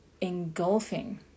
engulfing